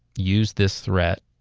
use this threat,